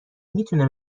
میتونه